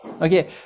Okay